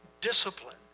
discipline